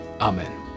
Amen